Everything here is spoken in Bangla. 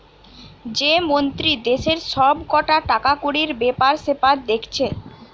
যে মন্ত্রী দেশের সব কটা টাকাকড়ির বেপার সেপার দেখছে